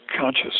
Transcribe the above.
conscious